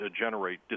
generate